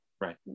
Right